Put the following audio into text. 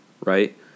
right